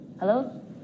Hello